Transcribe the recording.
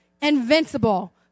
Invincible